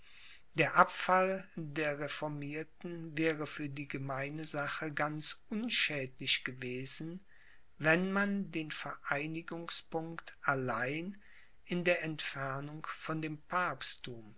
der abfall der reformierten wäre für die gemeine sache ganz unschädlich gewesen wenn man den vereinigungspunkt allein in der entfernung von dem papstthum